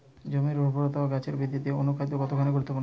জমির উর্বরতা ও গাছের বৃদ্ধিতে অনুখাদ্য কতখানি গুরুত্বপূর্ণ?